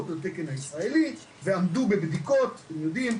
לתקן הישראלי ועמדו בבדיקות ואתם יודעים,